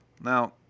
Now